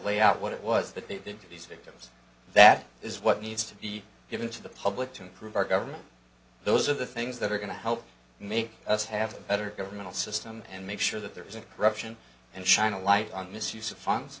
lay out what it was that they did to these victims that is what needs to be given to the public to improve our government those are the things that are going to help make us have a better governmental system and make sure that there isn't corruption and shine a light on misuse of funds